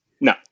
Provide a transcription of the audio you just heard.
No